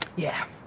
yeah,